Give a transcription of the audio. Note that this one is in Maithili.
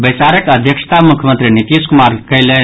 बैसारक अध्यक्षता मुख्यमंत्री नीतीश कुमार कयलनि